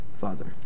Father